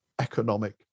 economic